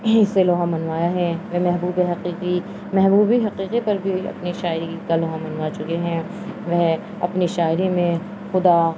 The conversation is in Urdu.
سے لوہا منوایا ہے وہ محبوب حقیقی محبوب حقیقی پر بھی اپنی شاعری کا لوہا منوا چکے ہیں وہ اپنی شاعری میں خدا